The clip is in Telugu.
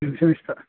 పెన్షన్ ఇస్తారు